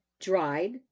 dried